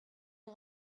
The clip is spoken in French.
est